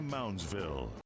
Moundsville